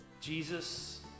Jesus